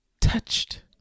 touched